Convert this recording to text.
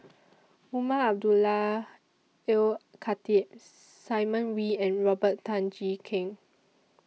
Umar Abdullah Al Khatib Simon Wee and Robert Tan Jee Keng